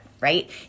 right